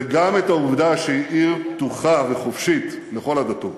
וגם את העובדה שהיא עיר פתוחה וחופשית לכל הדתות.